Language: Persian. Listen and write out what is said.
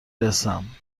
رسم